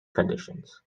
conditions